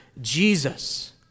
jesus